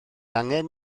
angen